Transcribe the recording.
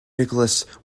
nicholas